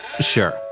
Sure